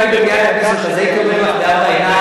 אם לא הייתי בבניין הכנסת אז הייתי אומר לך בארבע עיניים,